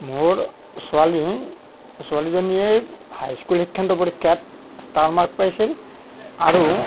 মোৰ ছোৱালী ছোৱালীজনীয়ে হাইস্কুল শিক্ষান্ত পৰীক্ষাত ষ্টাৰ মাৰ্কছ পাইছিল আৰু